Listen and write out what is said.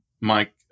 Mike